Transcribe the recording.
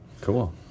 Cool